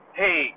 hey